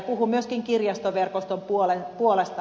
puhun myöskin kirjastoverkoston puolesta